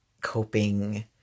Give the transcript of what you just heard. coping